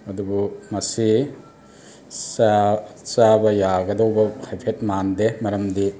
ꯑꯗꯨꯕꯨ ꯃꯁꯤ ꯆꯥꯕ ꯌꯥꯒꯗꯧꯕ ꯍꯥꯏꯐꯦꯠ ꯃꯥꯟꯗꯦ ꯃꯔꯝꯗꯤ